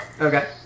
Okay